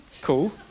cool